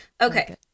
Okay